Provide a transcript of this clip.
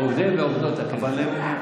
עובדי ועובדות הכנסת.